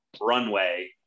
runway